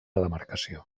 demarcació